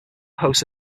hosts